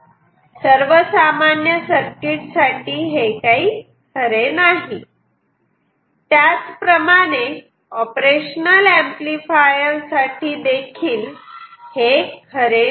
पण सर्वसामान्यपणे सर्व सर्किट साठी हे काही खरे नाही त्याच प्रमाणे ऑपरेशनल ऍम्प्लिफायर साठी देखील खरे नाही